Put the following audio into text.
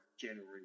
January